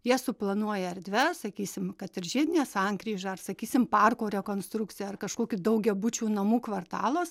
jie suplanuoja erdves sakysim kad ir žiedinę sankryžą ar sakysim parko rekonstrukciją ar kažkokių daugiabučių namų kvartalas